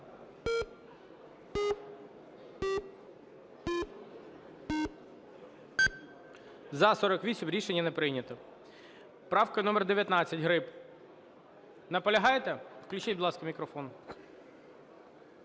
За-48 Рішення не прийнято. Правка номер 19, Гриб. Наполягаєте? Включіть, будь ласка, мікрофон.